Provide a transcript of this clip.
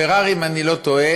פרארי, אם אני לא טועה,